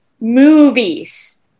movies